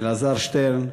אלעזר שטרן.